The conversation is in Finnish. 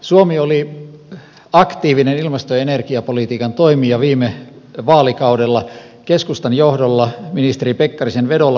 suomi oli aktiivinen ilmasto ja energiapolitiikan toimija viime vaalikaudella keskustan johdolla ministeri pekkarisen vedolla muun muassa